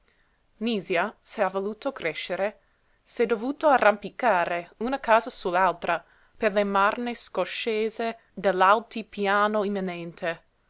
nisia se ha voluto crescere s'è dovuto arrampicare una casa sull'altra per le marne scoscese dell'altipiano imminente